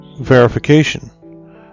verification